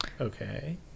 Okay